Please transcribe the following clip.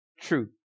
truth